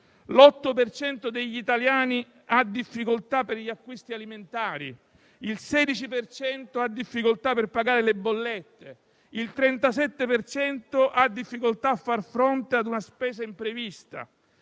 cento degli italiani ha difficoltà per gli acquisti alimentari; il 16 per cento ha difficoltà a pagare le bollette; il 37 per cento ha difficoltà a far fronte ad una spesa imprevista;